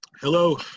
Hello